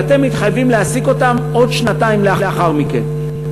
אבל אתם מתחייבים להעסיק אותם עוד שנתיים לאחר מכן.